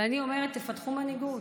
ואני אומרת: תפתחו מנהיגות,